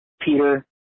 Peter